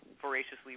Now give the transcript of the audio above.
voraciously